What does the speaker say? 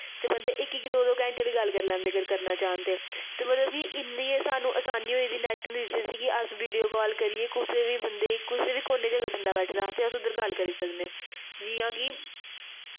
ते बंदे इक इक दो दो घैंटे बी गल्ल करी लैंदे अगर चाह्न ते मतलब इन्नी सानूं असानी होई दी नैट दी कि अस वीडियो कॉल करियै कुसै बी बंदे गी कुसै बी कोने च अगर कोई बंदा बैठे दा ऐ ते अस उद्धर बी गल्ल करी सकनें जियां कि